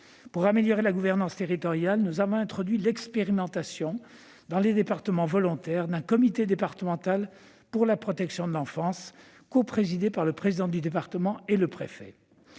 Pour améliorer la gouvernance territoriale, nous avons introduit l'expérimentation, dans les départements volontaires, d'un comité départemental pour la protection de l'enfance, coprésidé par le président du département et le préfet.